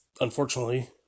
unfortunately